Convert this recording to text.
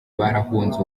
barahunze